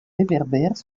réverbères